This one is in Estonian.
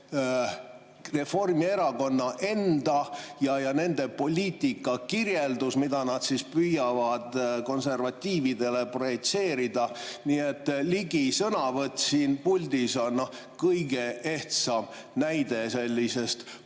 Reformierakonna enda ja nende poliitika kirjeldus, mida nad püüavad konservatiividele projitseerida. Nii et Ligi sõnavõtt siin puldis on kõige ehtsam näide sellisest